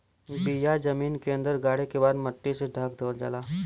बिया जमीन के अंदर गाड़े के बाद मट्टी से ढक देवल जाला